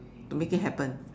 to make it happen